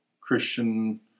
Christian